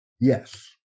Yes